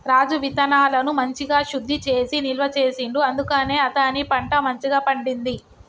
రాజు విత్తనాలను మంచిగ శుద్ధి చేసి నిల్వ చేసిండు అందుకనే అతని పంట మంచిగ పండింది